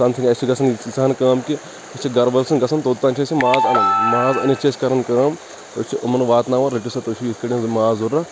سَم thing اَسہِ چھِ گژھان ییٖژ ہَن کٲم کہِ أسۍ چھِ گرٕ وٲلۍ سُنٛد گژھان توٚتام چھِ أسۍ یہِ ماز أنِتھ چھِ أسۍ کران کٲم أسۍ چھِ یِمَن واتناوان رٔٹِو سا تُہۍ اوسُے یِتھٕ پٲٹھۍ ماز ضروٗرت